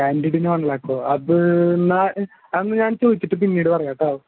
ക്യാൻഡിടിനു one ലാക്കോ അത് എന്നാൽ ആന്ന് ഞാൻ ചോദിച്ചിട്ട് പിന്നീട് പറയാം കേട്ടോ